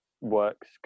works